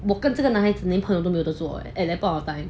我跟这个男孩子连朋友都没有的作 eh at that point of time